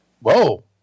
Whoa